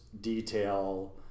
detail